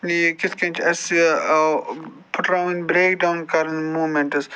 یہِ کِتھ کٔنۍ چھُ اَسہِ پھٕٹراوٕنۍ برٛیک ڈاوُن کَرٕنۍ موٗمٮ۪نٛٹٕز